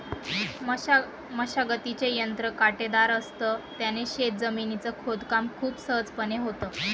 मशागतीचे यंत्र काटेदार असत, त्याने शेत जमिनीच खोदकाम खूप सहजपणे होतं